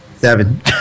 Seven